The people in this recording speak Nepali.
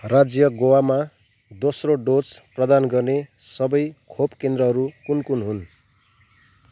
राज्य गोवामा दोस्रो डोज प्रदान गर्ने सबै खोप केन्द्रहरू कुन कुन हुन्